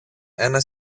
ένα